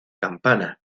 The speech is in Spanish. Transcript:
campana